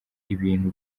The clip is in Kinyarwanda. ibintu